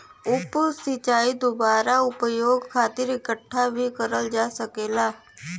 उप सिंचाई दुबारा उपयोग खातिर इकठ्ठा भी करल जा सकेला